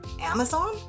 amazon